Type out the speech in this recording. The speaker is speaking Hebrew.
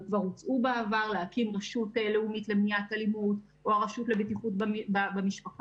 כבר הוצע בעבר להקים רשות לאומית למניעת אלימות או רשות לבטיחות במשפחה.